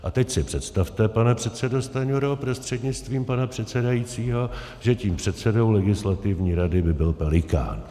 A teď si představte, pane předsedo Stanjuro prostřednictvím pana předsedajícího, že tím předsedou Legislativní rady by byl Pelikán.